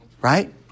Right